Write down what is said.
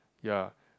ya